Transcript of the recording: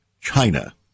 China